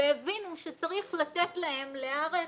והבינו שצריך לתת להם להיערך.